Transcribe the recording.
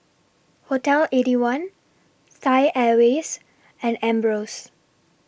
Hotel Eighty One Thai Airways and Ambros